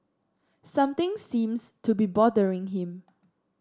something seems to be bothering him